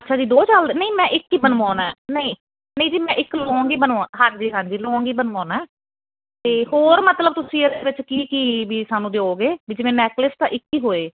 ਅੱਛਿਆ ਜੀ ਦੋ ਚੱਲਦੇ ਨਹੀਂ ਮੈਂ ਇੱਕ ਈ ਬਨਵਾਉਨਾ ਨਹੀਂ ਨਹੀਂ ਜੀ ਮੈਂ ਇੱਕ ਲੋਂਗ ਈ ਬਨ ਹਾਂਜੀ ਹਾਂਜੀ ਲੋਂਗ ਈ ਬਨਵਾਉਨਾ ਤੇ ਹੋਰ ਮਤਲਬ ਤੁਸੀਂ ਇਹਦੇ ਵਿੱਚ ਕੀ ਕੀ ਵੀ ਸਾਨੂੰ ਦਿਓਗੇ ਵੀ ਜਿਵੇਂ ਨੈਕਲੇਸ ਤਾਂ ਇੱਕ ਹੀ ਹੋਏ